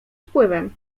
wpływem